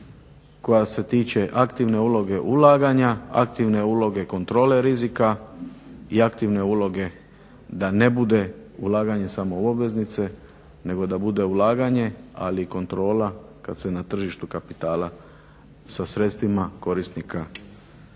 koja se tiče aktivne uloge ulaganja, aktivne uloge kontrole rizika i aktivne uloge da ne bude ulaganje samo u obveznice nego da bude ulaganje ali i kontrola kada se na tržištu kapitala sa sredstvima korisnika upravlja.